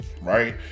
right